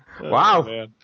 Wow